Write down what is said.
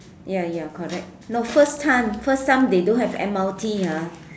ya ya correct no first time first time they don't have m_r_t ah